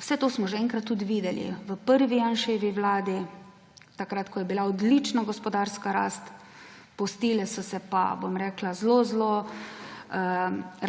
Vse to smo že enkrat tudi videli v prvi Janševi vladi, ko je bila odlična gospodarska rast, pustile so se pa zelo zelo